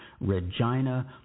Regina